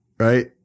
Right